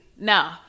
no